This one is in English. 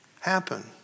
happen